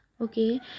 Okay